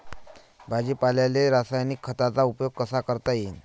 भाजीपाल्याले रासायनिक खतांचा उपयोग कसा करता येईन?